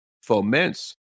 foments